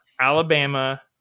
Alabama